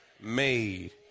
made